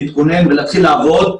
להתכונן ולהתחיל לעבוד.